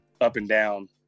up-and-down